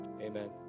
Amen